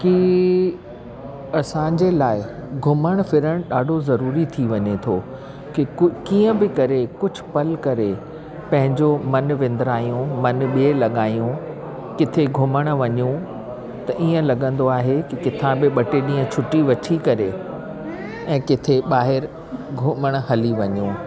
कि असांजे लाइ घुमणु फिरणु ॾाढो ज़रूरी थी वञे थो कि कीअं बि करे कुझु पल करे पंहिंजो मनु विंदरायूं मनु ॿे लॻाइयूं किते घुमण वञूं त ईअं लॻंदो आहे की किते बि ॿ टे ॾींहं छुटी वठी करे ऐं किते ॿाहिरि घुमणु हली वञूं